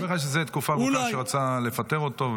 אני אומר לך שתקופה ארוכה הוא רצה לפטר אותו,